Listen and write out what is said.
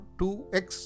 2x